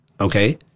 Okay